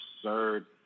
absurd